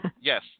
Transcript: Yes